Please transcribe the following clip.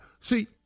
See